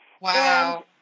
Wow